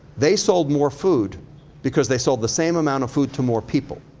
they sold more food because they sold the same amount of food to more people.